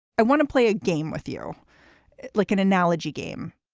i want to play a game with you like an analogy game